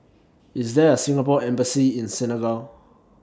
IS There A Singapore Embassy in Senegal